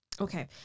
okay